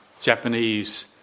Japanese